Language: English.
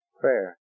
prayer